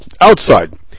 outside